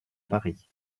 paris